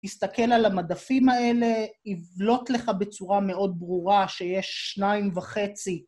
תסתכל על המדפים האלה, יבלוט לך בצורה מאוד ברורה שיש שניים וחצי.